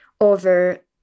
over